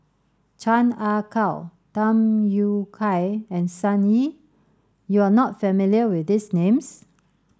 Chan Ah Kow Tham Yui Kai and Sun Yee you are not familiar with these names